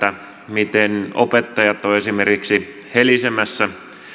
miten opettajat ovat esimerkiksi helisemässä